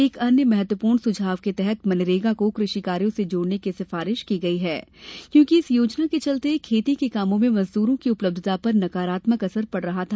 एक अन्य महत्वपूर्ण सुझाव के तहत मनरेगा को कृषि कार्यो से जोड़ने की सिफारिश की गई है क्योंकि इस योजना के चलते खेती के कामों में मजदूरों की उपलब्धता पर नकारात्मक असर पड़ रहा था